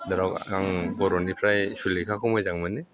बिथोराव आं बर'निफ्राय सुलिखाखौ मोजां मोनो